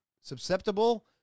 susceptible